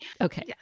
okay